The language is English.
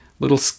Little